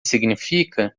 significa